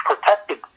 protected